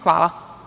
Hvala.